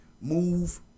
move